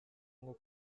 nko